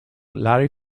larry